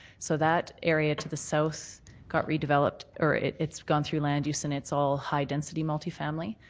so that area to the south got redeveloped or it's gone through land use and it's all high density multifamily.